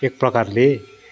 एकप्रकारले